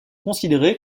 considéré